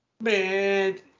Man